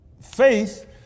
faith